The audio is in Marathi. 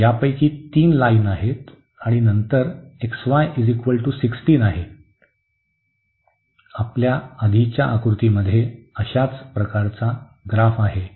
तर त्यापैकी तीन लाईन आहेत आणि नंतर xy 16 आहे आपल्या आधीच्या आकृतीमध्ये अशाच प्रकारचा ग्राफ आहे